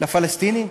לפלסטינים,